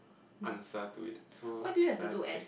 answer to it so you have to fake